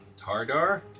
Tardar